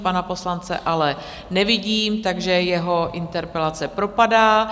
Pana poslance ale nevidím, takže jeho interpelace propadá.